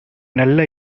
நல்ல